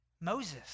Moses